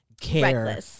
care